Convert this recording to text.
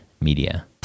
Media